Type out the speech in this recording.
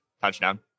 touchdown